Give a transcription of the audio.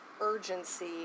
urgency